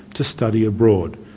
to study abroad,